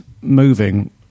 moving